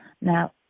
Now